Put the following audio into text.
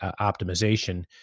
optimization